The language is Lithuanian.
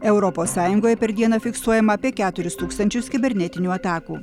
europos sąjungoje per dieną fiksuojama apie keturis tūkstančius kibernetinių atakų